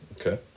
okay